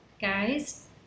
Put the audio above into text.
guys